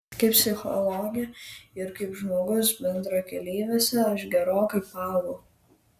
kaip psichologė ir kaip žmogus bendrakeleiviuose aš gerokai paaugau